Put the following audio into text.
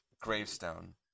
gravestone